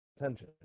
attention